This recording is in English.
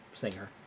singer